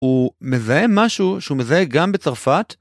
הוא מזהה משהו שהוא מזהה גם בצרפת?